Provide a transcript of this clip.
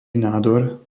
nádor